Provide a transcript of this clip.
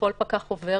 שכל פקח עובר,